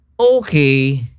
Okay